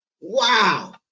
wow